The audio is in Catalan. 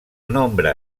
nombre